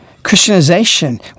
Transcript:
Christianization